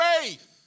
faith